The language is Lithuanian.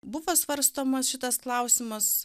buvo svarstomas šitas klausimas